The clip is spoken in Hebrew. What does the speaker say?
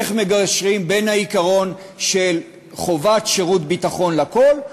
איך מגשרים בין העיקרון של חובת שירות ביטחון לכול,